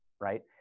right